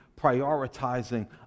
prioritizing